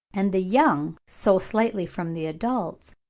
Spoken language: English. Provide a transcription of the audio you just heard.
and the young so slightly from the adults,